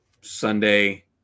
Sunday